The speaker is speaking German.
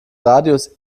radius